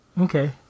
Okay